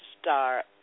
start